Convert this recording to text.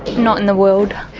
not in the world.